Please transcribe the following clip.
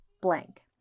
blank